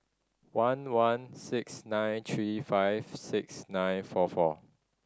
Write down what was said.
one one six nine three five six nine four four